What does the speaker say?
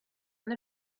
and